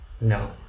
no